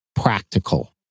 practical